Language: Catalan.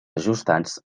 ajustats